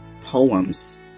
poems